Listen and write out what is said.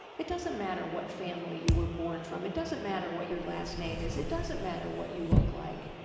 it doesn't matter what family you were born from. it doesn't matter what your last name is. it doesn't matter what you look like.